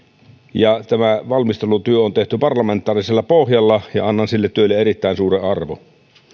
ja pitkään valmisteltu tämä valmistelutyö on tehty parlamentaarisella pohjalla ja annan sille työlle erittäin suuren arvon